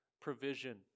provision